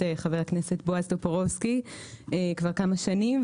חבר הכנסת בועז טופורובסקי כבר שלוש שנים,